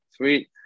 Sweet